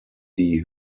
die